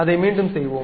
அதை மீண்டும் செய்வோம்